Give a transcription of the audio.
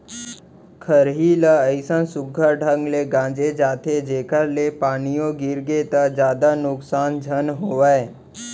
खरही ल अइसन सुग्घर ढंग ले गांजे जाथे जेकर ले पानियो गिरगे त जादा नुकसान झन होवय